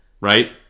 right